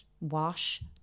wash